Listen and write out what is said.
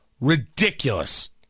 ridiculous